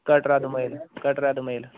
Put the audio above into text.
Katra Domel Katra Domel